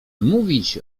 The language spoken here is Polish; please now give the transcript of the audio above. mówić